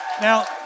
Now